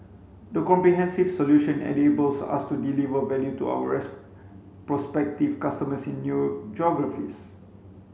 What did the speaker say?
the comprehensive solution enables us to deliver value to ours prospective customers in new geographies